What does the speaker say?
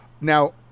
Now